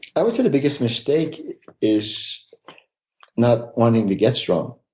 i would say the biggest mistake is not wanting to get strong.